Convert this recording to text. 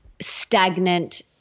stagnant